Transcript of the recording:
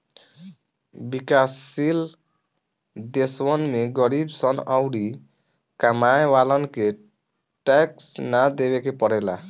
विकाश शील देशवन में गरीब सन अउरी कमाए वालन के टैक्स ना देवे के पड़ेला